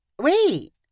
Wait